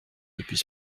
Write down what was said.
depuis